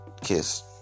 kiss